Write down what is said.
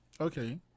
Okay